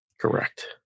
Correct